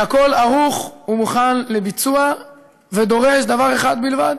והכול ערוך ומוכן לביצוע ודורש דבר אחד בלבד,